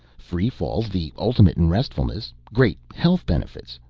free fall's the ultimate in restfulness great health benefits.